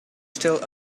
still